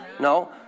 No